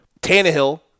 Tannehill